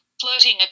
flirting